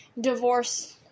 Divorce